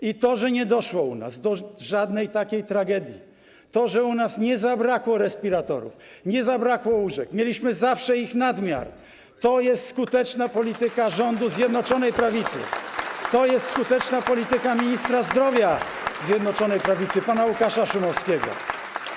I to, że nie doszło u nas do żadnej takiej tragedii, to, że u nas nie zabrakło respiratorów, nie zabrakło łóżek, mieliśmy zawsze ich nadmiar, to jest skuteczna polityka rządu Zjednoczonej Prawicy, to jest skuteczna polityka ministra zdrowia Zjednoczonej Prawicy pana Łukasza Szumowskiego.